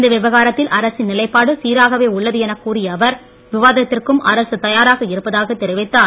இந்த விவகாரத்தில் அரசின் நிலைப்பாடு சீராகவே உள்ளது என கூறிய அவர் விவாதத்திற்கும் அரசு தயாராக இருப்பதாக தெரிவித்தார்